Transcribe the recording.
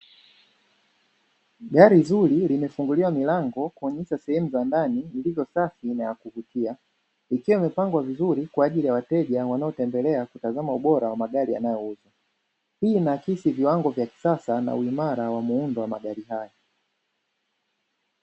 Gari zuri limefunguliwa milango kuonyesha sehemu ya ndani iliyo safi na ya kuvutia, likiwa limepangwa vizuri kwa ajili ya wateja wanaotembelea kutazama ubora wa magari yanayouzwa, hii inaakisi viwango vya kisasa na uimara wa muundo wa magari haya.